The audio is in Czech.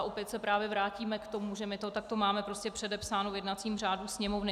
Opět se právě vrátíme k tomu, že my to takto máme prostě předepsáno v jednacím řádu Sněmovny.